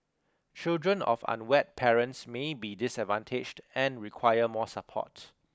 children of unwed parents may be disadvantaged and require more support